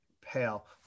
pale